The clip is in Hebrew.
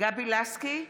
גבי לסקי,